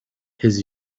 his